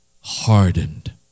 hardened